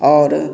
आओर